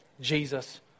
Jesus